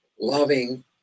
loving